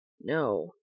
No